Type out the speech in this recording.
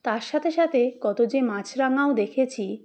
তার সাথে সাথে কত যে মাছরাঙাও দেখেছি